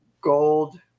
gold